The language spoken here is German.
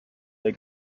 der